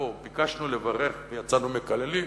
שבו ביקשנו לברך ויצאנו מקללים,